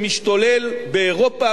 בארצות-הברית ובשאר העולם.